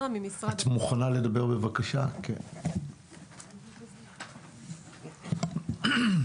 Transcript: למשרד הפנים יש סמכות אך ורק למנוע קידום חקיקת עזר.